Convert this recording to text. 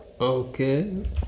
Okay